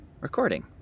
recording